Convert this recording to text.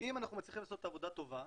ואם אנחנו מצליחים לעשות עבודה טובה,